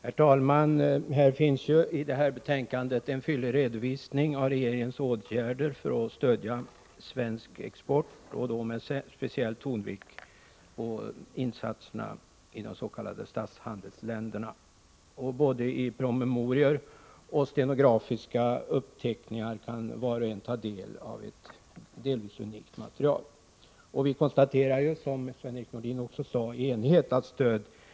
Nr 148 Herr talman! I detta betänkande finns det en fyllig redovisning av ji j ä é Onsdagen den regeringens åtgärder för att stödja svensk export, och detta med speciell 22 maj 1985 tonvikt på insatserna i de s.k. statshandelsländerna. Både i promemorior och i stenografiska uppteckningar kan var och en ta del av ett delvis unikt Granskning av material. Vi konstaterar, som Sven-Erik Nordin sade, i enighet att stöd i slalsrådens.